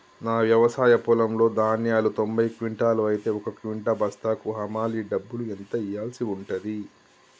నా వ్యవసాయ పొలంలో ధాన్యాలు తొంభై క్వింటాలు అయితే ఒక క్వింటా బస్తాకు హమాలీ డబ్బులు ఎంత ఇయ్యాల్సి ఉంటది?